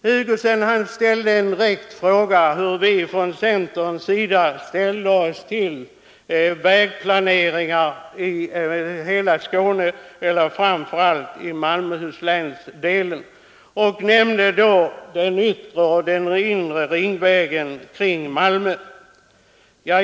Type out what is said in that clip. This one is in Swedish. Herr Hugosson riktade en direkt fråga hur vi från centern ställde oss till vägplaneringen i hela Skåne och framför allt i Malmöhus län. Han nämnde då Yttre och Inre Ringvägen kring Malmö.